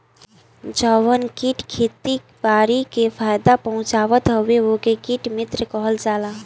जवन कीट खेती बारी के फायदा पहुँचावत हवे ओके कीट मित्र कहल जाला